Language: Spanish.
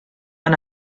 han